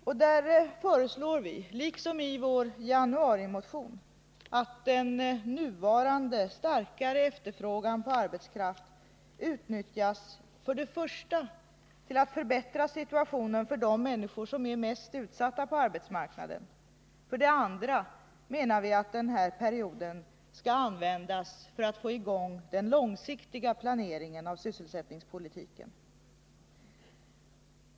Vi föreslår i reservation nr 1, liksom i vår januarimotion, att den nuvarande starkare efterfrågan på arbetskraft utnyttjas för det första till att förbättra situationen för de människor som är mest utsatta på arbetsmarknaden. För det andra menar vi att den här perioden skall användas för att få i gång den långsiktiga planeringen av sysselsättningspolitiken.